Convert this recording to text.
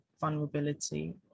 vulnerability